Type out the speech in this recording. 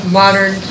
modern